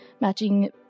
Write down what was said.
matching